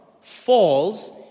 falls